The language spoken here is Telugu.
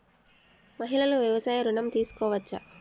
మహిళలు వ్యవసాయ ఋణం తీసుకోవచ్చా?